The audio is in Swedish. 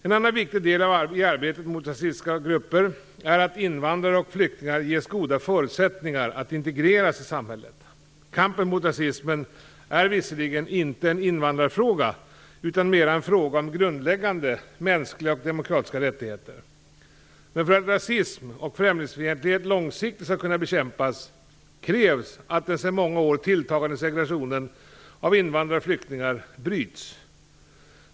En annan viktig del i arbetet mot rasistiska grupper är att invandrare och flyktingar ges goda förutsättningar att integreras i samhället. Kampen mot rasism är visserligen inte en "invandrarfråga" utan mera en fråga om grundläggande mänskliga och demokratiska rättigheter. Men för att rasism och främlingsfientlighet långsiktigt skall kunna bekämpas krävs att den sedan många år tilltagande segregationen av invandrare och flyktingar bryts.